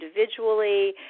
individually